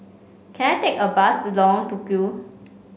can I take a bus to Long Tukol